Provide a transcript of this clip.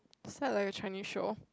is that like a Chinese show